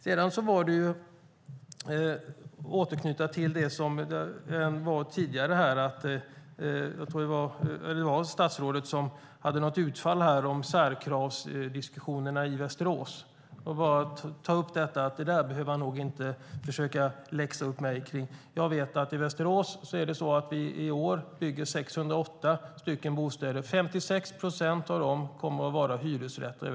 Jag vill återknyta till statsrådets utfall tidigare om särkravsdiskussionerna i Västerås och ta upp att han inte behöver försöka läxa upp mig om det. Jag vet att i Västerås bygger vi i år 608 bostäder. 56 procent av dessa kommer att vara hyresrätter.